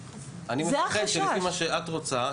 אני מפחד שלפי מה שאת רוצה,